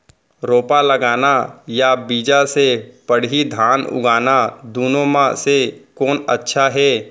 रोपा लगाना या बीज से पड़ही धान उगाना दुनो म से कोन अच्छा हे?